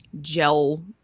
gel